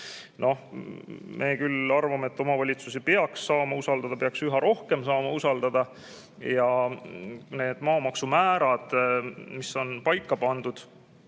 Me küll arvame, et omavalitsusi peaks saama usaldada, peaks üha rohkem saama usaldada. Need maamaksumäärad, mis on paika pandud,